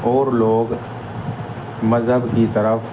اور لوگ مذہب کی طرف